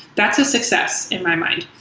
that's a success in my mind.